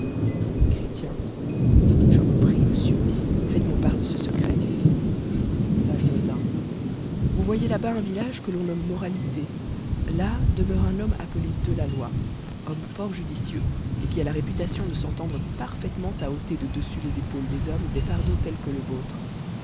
je vous prie monsieur faites-moi part de ce secret sa e mondarn vou voynlà bl na clri tieu r t r il e s chré lien sé duit no village que l'on nomme moralr'té l ld demew'e un homme appelé dela loi homme fort indicituxp et quia la réputation de s'entendreparfaitement à ôter de dessus les épanles des hommes des fardeaux tels que le vôtre